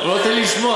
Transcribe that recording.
הוא לא נותן לי לשמוע.